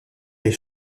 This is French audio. des